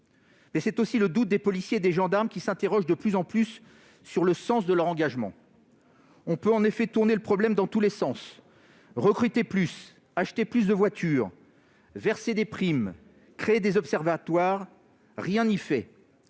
où. C'est aussi le doute des policiers, des gendarmes, qui s'interrogent de plus en plus sur le sens de leur engagement. On peut en effet tourner le problème dans tous les sens- recruter plus, acheter plus de voitures, verser des primes, créer des observatoires -, rien n'y fait.